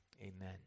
amen